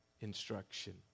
instruction